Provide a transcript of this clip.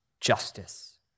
justice